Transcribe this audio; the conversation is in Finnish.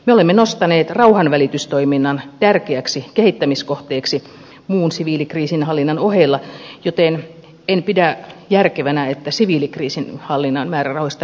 me olemme nostaneet rauhanvälitystoiminnan tärkeäksi kehittämiskohteeksi muun siviilikriisinhallinnan ohella joten en pidä järkevänä että siviilikriisinhallinnan määrärahoista leikataan